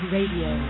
Radio